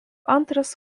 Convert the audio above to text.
antras